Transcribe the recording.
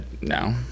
No